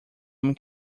homem